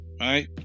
right